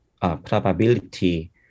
probability